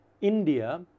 india